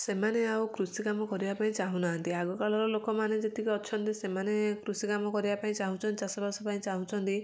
ସେମାନେ ଆଉ କୃଷି କାମ କରିବା ପାଇଁ ଚାହୁଁନାହାନ୍ତି ଆଗକାଳର ଲୋକମାନେ ଯେତିକି ଅଛନ୍ତି ସେମାନେ କୃଷି କାମ କରିବା ପାଇଁ ଚାହୁଁଚନ୍ତି ଚାଷବାସ ପାଇଁ ଚାହୁଁଛନ୍ତି